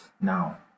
Now